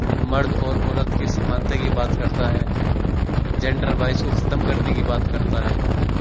مرد اور عورت کے سمانتا کی بات کرتا ہے جنڈر وائز کو ختم کرنے کی بات کرتا ہے